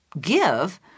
give